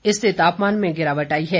इससे तापमान में गिरावट आई है